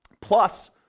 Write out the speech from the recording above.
plus